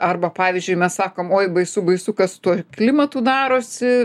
arba pavyzdžiui mes sakom oi baisu baisu kas su tuo klimatu darosi